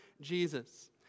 Jesus